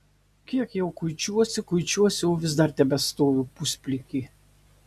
kiek jau kuičiuosi kuičiuosi o vis dar tebestoviu pusplikė